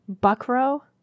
buckrow